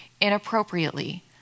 inappropriately